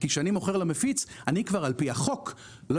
כי כשאני מוכר למפיץ אני כבר על פי החוק לא